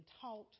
taught